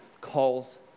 calls